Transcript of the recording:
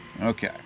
Okay